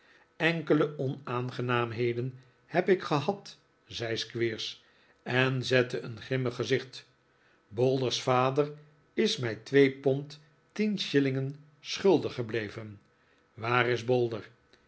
enkele onaangenaamheden heb ik gehad zei squeers en zette een grimmig gezicht bolder's vader is mij twee pond tien shillingen schuldig gebleven waar is bolder